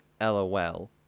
LOL